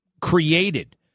created